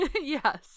Yes